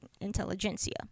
intelligentsia